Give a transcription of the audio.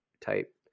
type